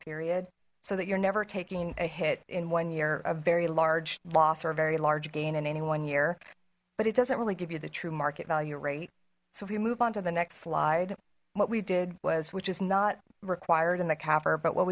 period so that you're never taking a hit in one year a very large loss or a very large gain in any one year but it doesn't really give you the true market value rate so if you move on to the next slide what we did was which is not required in the capper but what